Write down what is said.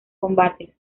combates